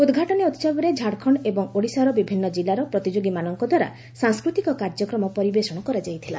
ଉଦ୍ଘାଟନୀ ଉତ୍ସବରେ ଝାଡ଼ଖଣ୍ଡ ଏବଂ ଓଡ଼ିଶାର ବିଭିନ୍ନ କିଲ୍ଲାର ପ୍ରତିଯୋଗୀମାନଙ୍କ ଦ୍ୱାରା ସାଂସ୍କୃତିକ କାର୍ଯ୍ୟକ୍ରମ ପରିବେଷଣ କରାଯାଇଥିଲା